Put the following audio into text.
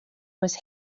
was